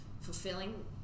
fulfilling